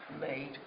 made